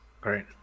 Great